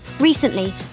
Recently